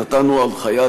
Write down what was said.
נתנו הנחיה,